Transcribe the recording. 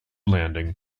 landing